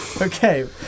Okay